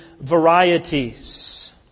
varieties